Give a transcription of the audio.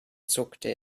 zuckte